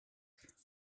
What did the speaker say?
have